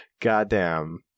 Goddamn